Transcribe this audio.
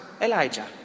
Elijah